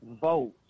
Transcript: vote